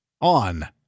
on